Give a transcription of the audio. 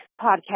podcast